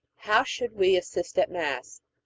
how should we assist at mass?